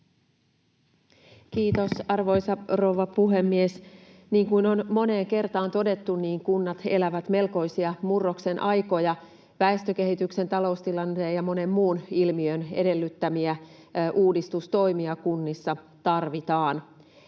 Kiitos, arvoisa rouva puhemies! Niin kuin on moneen kertaan todettu, kunnat elävät melkoisia murroksen aikoja. Väestökehityksen, taloustilanteen ja monen muun ilmiön edellyttämiä uudistustoimia kunnissa tarvitaan.